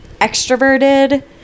extroverted